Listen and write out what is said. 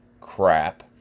crap